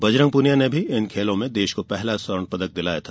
बजरंग पूनिया ने भी इन खेलों में देश को पहला स्वर्ण पदक दिलाया था